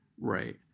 Right